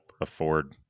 afford